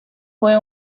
fue